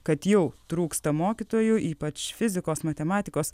kad jau trūksta mokytojų ypač fizikos matematikos